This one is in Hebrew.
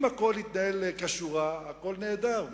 אם הכול יתנהל כשורה, הכול נהדר.